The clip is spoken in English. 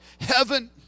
heaven